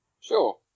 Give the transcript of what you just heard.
Sure